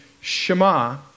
Shema